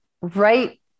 right